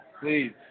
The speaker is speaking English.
Please